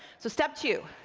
so step two,